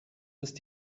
ist